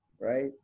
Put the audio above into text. right